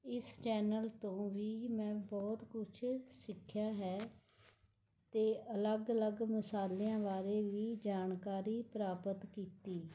ਇਸ ਚੈਨਲ ਤੋਂ ਵੀ ਮੈਂ ਬਹੁਤ ਕੁਛ ਸਿੱਖਿਆ ਹੈ ਅਤੇ ਅਲੱਗ ਅਲੱਗ ਮਸਾਲਿਆਂ ਬਾਰੇ ਵੀ ਜਾਣਕਾਰੀ ਪ੍ਰਾਪਤ ਕੀਤੀ